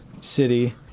City